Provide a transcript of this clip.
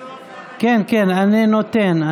אני נותן.